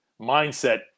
mindset